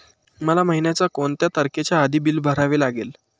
मला महिन्याचा कोणत्या तारखेच्या आधी बिल भरावे लागेल?